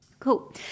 Cool